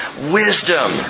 wisdom